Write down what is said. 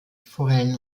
forellen